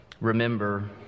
remember